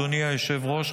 אדוני היושב-ראש,